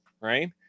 right